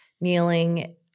kneeling